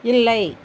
இல்லை